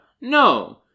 No